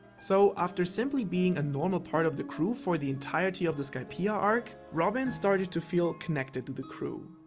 so after simply being a normal part of the crew for the entirety of the skypeia arc, robin started to feel connected to the crew.